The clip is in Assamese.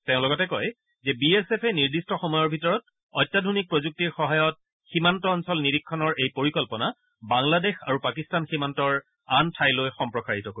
তেওঁ লগতে কয় যে বি এছ এফে নিৰ্দিষ্ট সময়ৰ ভিতৰত অত্যাধুনিক প্ৰযুক্তিৰ সহায়ত সীমান্ত অঞ্চল নিৰীক্ষণৰ এই পৰিকল্পনা বাংলাদেশ আৰু পাকিস্তান সীমান্তৰ আন ঠাইলৈ সম্প্ৰসাৰিত কৰিব